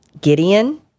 Gideon